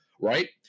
right